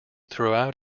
throughout